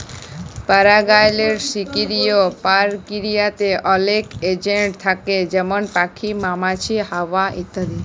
পারাগায়লের সকিরিয় পরকিরিয়াতে অলেক এজেলট থ্যাকে যেমল প্যাখি, মমাছি, হাওয়া ইত্যাদি